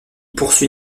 poursuit